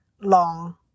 long